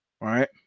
Right